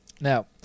Now